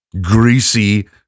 greasy